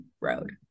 road